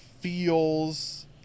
feels